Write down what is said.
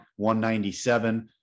197